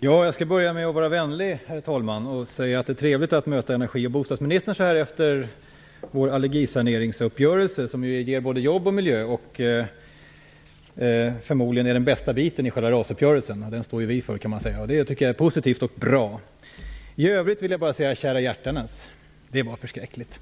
Herr talman! Jag skall börja med att vara vänlig och säga att det är trevligt att möta energi och bostadsministern så här efter vår allergisaneringsuppgörelse, som ju ger både jobb och en bättre miljö. Den är förmodligen den bästa biten i själva RAS uppgörelsen, och den står ju vi för, kan man säga. Detta är positivt och bra. I övrigt vill jag bara säga: Kära hjärtanes, det var förskräckligt!